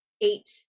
eight